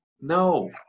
No